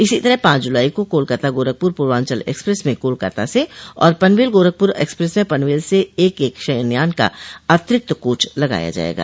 इसी तरह पांच जुलाई को कोलकाता गोरखपुर पूर्वांचल एक्सप्रेस म कोलकाता से और पनवेल गोरखपर एक्सप्रेस में पनवेल से एक एक शयनयान का अतिरिक्त कोच लगाया जायेगा